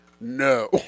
No